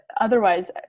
otherwise